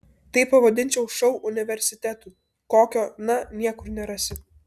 tai pavadinčiau šou universitetu kokio na niekur nerasi